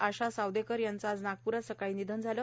आशा सावदेकर यांचे आज नागप्रात सकाळी निधन झाले